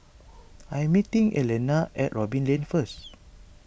I am meeting Elana at Robin Lane first